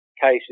cases